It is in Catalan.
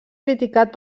criticat